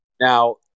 Now